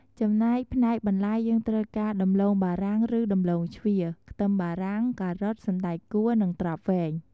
ចំណែកផ្នែកបន្លែយើងត្រូវការ ដំឡូងបារាំង ឬដំឡូងជ្វា ខ្ទឹមបារាំង ការ៉ុត សណ្តែកកួរ និងត្រប់វែង។